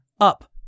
up